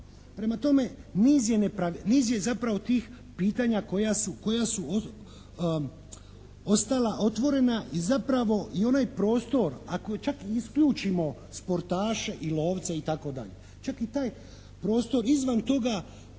Prema tome niz je, niz je zapravo tih pitanja koja su ostala otvorena i zapravo i onaj prostor, ako čak i isključimo sportaše i lovce i tako dalje, čak i taj prostor izvan toga